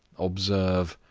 observe,